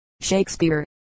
Shakespeare